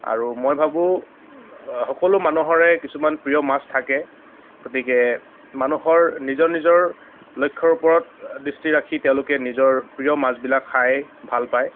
আৰু মই ভাবোঁ সকলো মানুহৰে কিছুমান প্ৰিয় মাছ থাকে গতিকে মানুহৰ নিজৰ নিজৰ লক্ষ্য়ৰ ওপৰত দৃষ্টি ৰাখি তেওঁলোকে নিজৰ প্ৰিয় মাছবিলাক খায় ভাল পায়